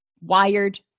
wired